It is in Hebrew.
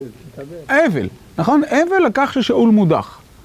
אבל, נכון? אבל על כך ששאול מודח.